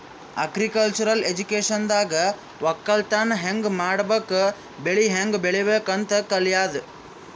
agriculture ಎಜುಕೇಶನ್ದಾಗ್ ವಕ್ಕಲತನ್ ಹ್ಯಾಂಗ್ ಮಾಡ್ಬೇಕ್ ಬೆಳಿ ಹ್ಯಾಂಗ್ ಬೆಳಿಬೇಕ್ ಅಂತ್ ಕಲ್ಯಾದು